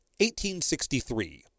1863